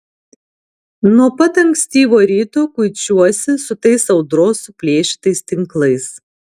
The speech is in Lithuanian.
nuo pat ankstyvo ryto kuičiuosi su tais audros suplėšytais tinklais